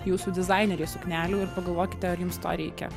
jūsų dizaineriai suknelių ir pagalvokite ar jums to reikia